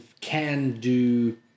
can-do